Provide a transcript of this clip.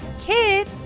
Kid